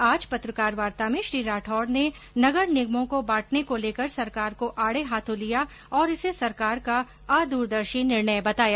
आज पत्रकार वार्ता में श्री राठौड़ ने नगर निगमों को बांटने को लेकर सरकार को आडे हाथों लिया और इसे सरकार का अदूरदर्शी निर्णय बताया